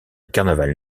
carnaval